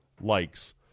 likes